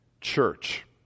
church